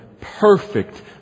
perfect